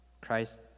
Christ